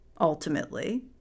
ultimately